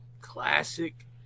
classic